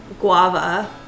Guava